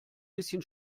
bisschen